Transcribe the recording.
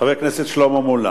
חבר הכנסת שלמה מולה.